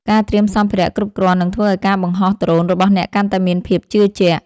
ការត្រៀមសម្ភារៈគ្រប់គ្រាន់នឹងធ្វើឱ្យការបង្ហោះដ្រូនរបស់អ្នកកាន់តែមានភាពជឿជាក់។